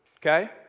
okay